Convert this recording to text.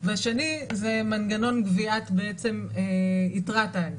ושני זה מנגנון גביית יתרת האגרה.